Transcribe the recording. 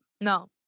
No